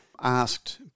asked